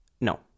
No